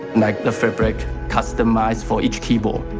like the fabric customized for each keyboard.